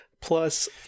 Plus